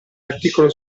articolo